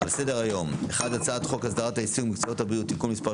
על סדר היום: 1הצעת חוק הסדרת העיסוק במקצועות הבריאות (תיקון מס'